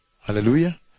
Hallelujah